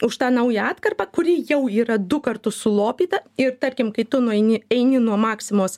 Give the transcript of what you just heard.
už tą naują atkarpą kuri jau yra du kartus sulopyta ir tarkim kai tu nueini eini nuo maksimos